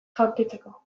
jaurtitzeko